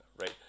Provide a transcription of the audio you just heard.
right